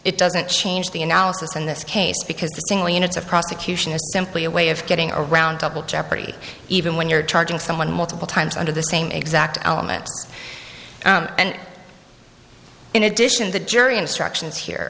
it doesn't change the analysis in this case because the single units of prosecution is simply a way of getting around double jeopardy even when you're charging someone multiple times under the same exact elements and in addition the jury instructions here